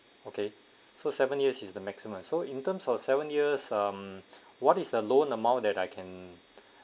okay so seven years is the maximum so in terms of seven years um what is the loan amount that I can